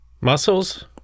Muscles